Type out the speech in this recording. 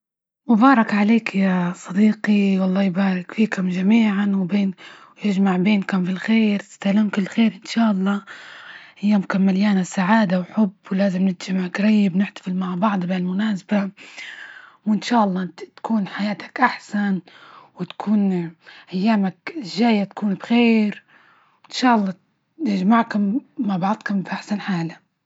مبارك عليك يا صديقي، والله يبارك فيكم جميعا، وبين ويجمع بينكم بالخير، تستهلون كل خير إن شاء الله، أيامكم مليانة سعادة وحب، ولازم نتجمع جريب، نحتفل مع بعض بها المناسبة، وإن شاء الله إنت تكون حياتك أحسن وتكون أيامك الجاية تكون بخير وأن شاء الله نجمعكم مع بعضكم فى أحسن حالة.